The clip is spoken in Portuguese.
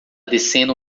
descendo